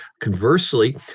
Conversely